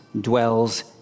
dwells